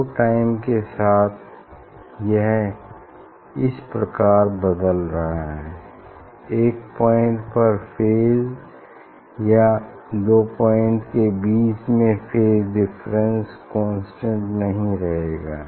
तो टाइम के साथ यह इस प्रकार बदल रहा है एक पॉइंट पर फेज या दो पॉइंट्स के बीच में फेज डिफरेंस कांस्टेंट नहीं रहेगा